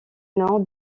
nord